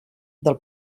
del